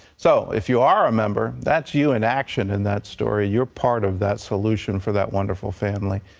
so if you are a member, that's you in action in that story. you're part of that solution for that wonderful family.